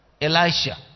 Elisha